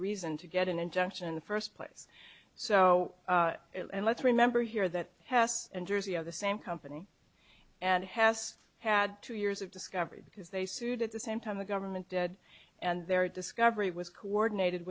reason to get an injunction in the first place so let's remember here that hass and jersey are the same company and has had two years of discovery because they sued at the same time the government dead and their discovery was coordinated